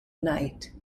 night